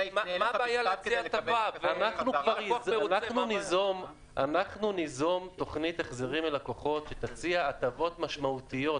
אנחנו ניזום תוכנית החזרים ללקוחות שתציע הטבות משמעותיות,